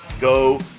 Go